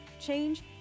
change